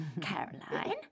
Caroline